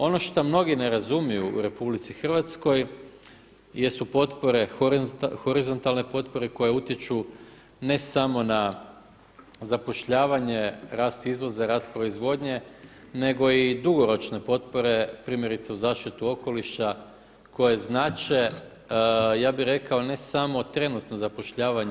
Ono šta mnogi ne razumiju u RH jesu potpore horizontalne potpore koje utječu ne samo na zapošljavanje, rast izvoza, rast proizvodnje nego i dugoročne potpore primjerice u zaštitu okoliša koje znače ja bih rekao ne samo trenutno zapošljavanje.